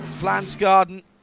Flansgarden